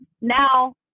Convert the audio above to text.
now